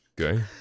Okay